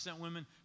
women